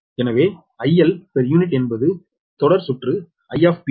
எனவே IL per unit என்பது தொடர் சுற்று I VsZT